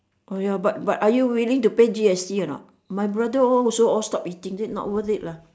!aiyo! but but are you willing to pay G_S_T or not my brother all also stop eating say not worth it lah